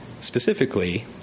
Specifically